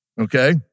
okay